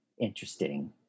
interesting